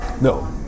no